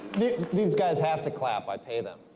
these guys have to clap, i pay them.